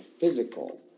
physical